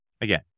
again